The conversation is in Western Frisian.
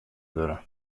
wurde